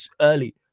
early